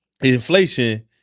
inflation